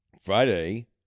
Friday